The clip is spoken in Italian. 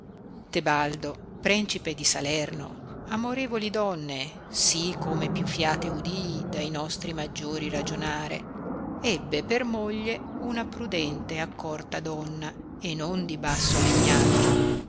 tebaldo prencipe di salerno amorevoli donne sì come più fiate udii dai nostri maggiori ragionare ebbe per moglie una prudente e accorta donna e non di basso legnaggio